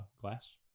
glass